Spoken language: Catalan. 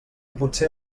potser